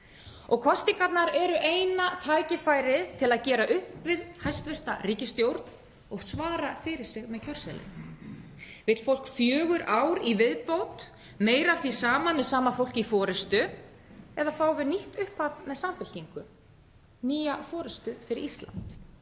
Kosningarnar eru eina tækifærið til að gera upp við hæstv. ríkisstjórn og svara fyrir sig með kjörseðlinum: Vill fólk fjögur ár í viðbót, meira af því sama, með sama fólk í forystu? Eða fáum við nýtt upphaf með Samfylkingu, nýja forystu fyrir Ísland?